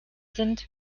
sind